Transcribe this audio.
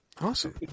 Awesome